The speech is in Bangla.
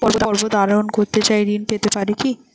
পর্বত আরোহণ করতে চাই ঋণ পেতে পারে কি?